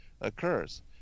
occurs